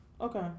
okay